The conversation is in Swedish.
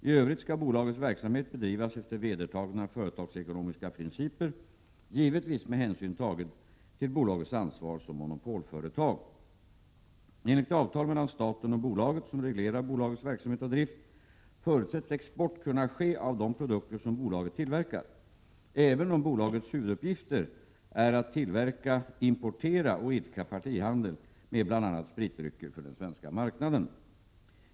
I övrigt skall bolagets verksamhet bedrivas efter vedertagna företagsekonomiska principer, givetvis med hänsyn tagen till bolagets ansvar som monopolföretag. Enligt det avtal mellan staten och bolaget som reglerar bolagets verksamhet och drift förutsätts export kunna ske av de produkter som bolaget tillverkar, även om bolagets huvuduppgifter är att tillverka, importera och idka partihandel med bl.a. spritdrycker för den svenska marknaden.